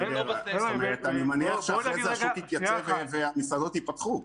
אני מניח שאחרי זה השוק יתייצב והמסעדות ייפתחו.